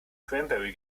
cranberry